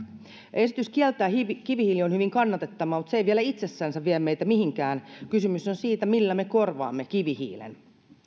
esitys kieltää kivihiili on hyvin kannatettava mutta se ei vielä itsessänsä vie meitä mihinkään kysymys on siitä millä me korvaamme kivihiilen